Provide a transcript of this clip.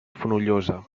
fonollosa